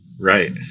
Right